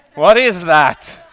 what is that?